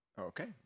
Okay